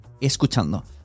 escuchando